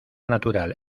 natural